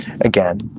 again